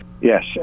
Yes